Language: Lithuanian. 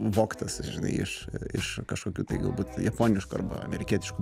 vogtas ir žinai iš iš kažkokių tai galbūt japoniškų arba amerikietiškų